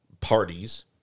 parties